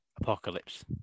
Apocalypse